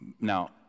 Now